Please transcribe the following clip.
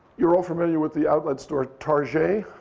you're all familiar with the outlet store tar-jay?